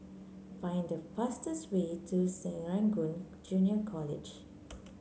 find the fastest way to Serangoon Junior College